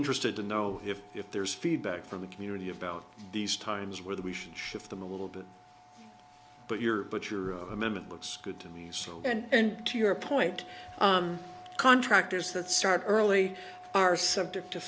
interested to know if if there's feedback from the community about these times whether we should shift them a little bit but you're but you're of a moment looks good to me so and to your point contractors that start early are subject to